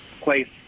place